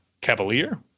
Cavalier